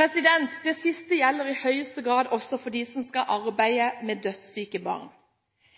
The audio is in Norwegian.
Det siste gjelder i høyeste grad også for dem som skal arbeide med dødssyke barn.